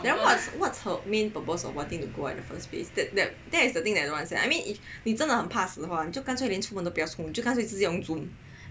then what's what's her main purpose of wanting to go out in the first place that is the thing I don't understand I mean if 你真的很怕死的话干脆连出门都不要出干脆用 zoom